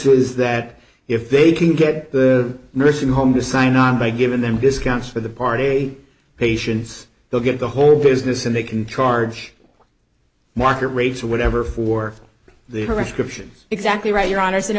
is that if they can get the nursing home to sign on by giving them discounts for the party patients they'll get the whole business and they can charge market rates or whatever for exactly right your honor said it